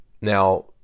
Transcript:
now